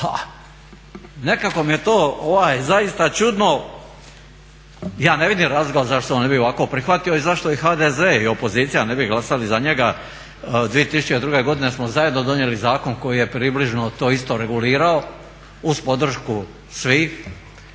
Pa nekako mi je to zaista čudno, ja ne vidim razloga zašto se on ne bi ovako prihvatio i zašto je HDZ i opozicija ne bi glasali za njega. 2002.godine smo zajedno donijeli zakon koji je približno to isto regulirao uz podršku svih.